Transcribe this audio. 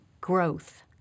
growth